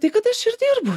tai kad aš ir dirbu